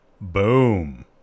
Boom